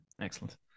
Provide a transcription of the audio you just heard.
excellent